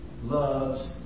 loves